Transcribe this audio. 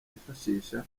yifashisha